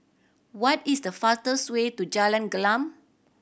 what is the fastest way to Jalan Gelam